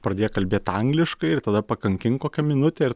pradėk kalbėt angliškai ir tada pakankink kokią minutę ir